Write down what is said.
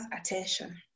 attention